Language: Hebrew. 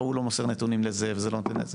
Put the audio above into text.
ההוא לא מוסר נתונים לזה, וזה לא נותן לזה.